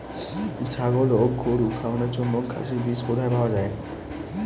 ছাগল ও গরু খাওয়ানোর জন্য ঘাসের বীজ কোথায় পাওয়া যায়?